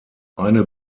eine